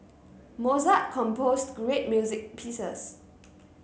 Mozart composed great music pieces